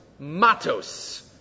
Matos